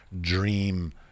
dream